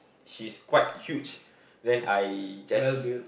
she's quite huge then I just